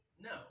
no